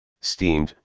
steamed